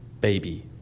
baby